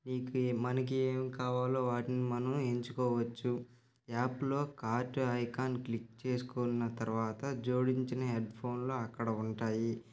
దీనికి మనకి ఏం కావాలో వాటిని మనం ఎంచుకోవచ్చు యాప్లో కార్ట్ ఐకాన్ క్లిక్ చేసుకున్న తర్వాత జోడించిన హెడ్ఫోన్లు అక్కడ ఉంటాయి